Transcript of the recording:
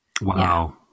Wow